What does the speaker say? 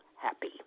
happy